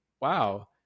wow